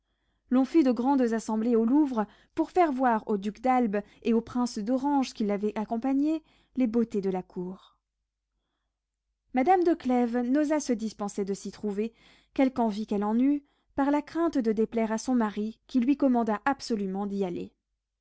fit de grandes assemblées au louvre pour faire voir au duc d'albe et au prince d'orange qui l'avait accompagné les beautés de la cour madame de clèves n'osa se dispenser de s'y trouver quelque envie qu'elle en eût par la crainte de déplaire à son mari qui lui commanda absolument d'y aller